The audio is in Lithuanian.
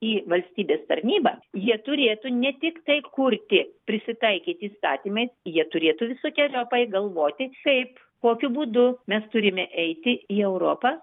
į valstybės tarnybą jie turėtų ne tik tai kurti prisitaikyti įstatymais jie turėtų visokeriopai galvoti kaip kokiu būdu mes turime eiti į europą